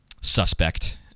suspect